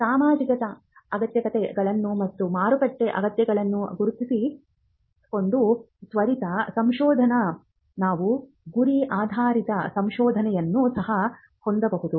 ಸಾಮಾಜಿಕ ಅಗತ್ಯತೆಗಳು ಮತ್ತು ಮಾರುಕಟ್ಟೆ ಅಗತ್ಯಗಳನ್ನು ಗುರಿಯಾಗಿರಿಸಿಕೊಂಡು ತ್ವರಿತ ಸಂಶೋಧನೆಗಾಗಿ ನಾವು ಗುರಿ ಆಧಾರಿತ ಸಂಶೋಧನೆಯನ್ನು ಸಹ ಹೊಂದಬಹುದು